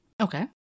Okay